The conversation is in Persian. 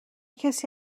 کسی